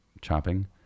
chopping